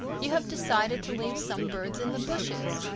you have decided to leave some birds in the bushes.